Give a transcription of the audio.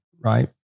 right